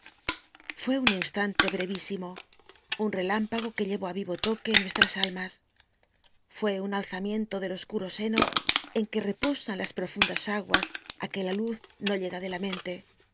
fué un instante brevísimo un relámpago que llevó á vivo toque nuestras almas fue un alzamiento del oscuro seno en que reposan las profundas aguas á que la luz no llega de la mente